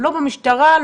לא במשטרה,